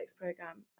program